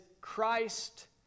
Christ